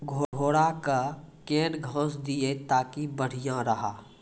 घोड़ा का केन घास दिए ताकि बढ़िया रहा?